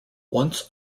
once